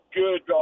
good